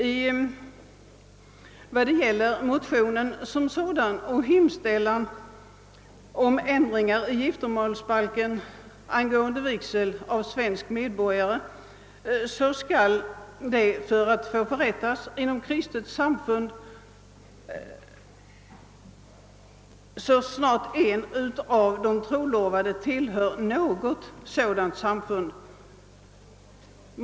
I motionen hemställes om sådan ändring i giftermålsbalken, att kristet trossamfund skall få förrätta vigsel så snart en av de trolovade tillhör något kristet trossamfund.